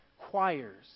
choirs